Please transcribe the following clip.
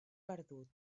perdut